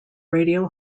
radio